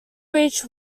reached